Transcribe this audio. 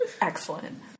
Excellent